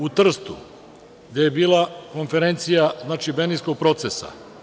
U Trstu, gde je bila Konferencija berlinskog procesa.